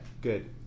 good